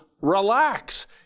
Relax